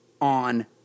on